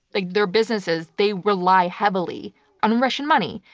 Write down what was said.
like their businesses, they rely heavily on russian money.